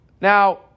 Now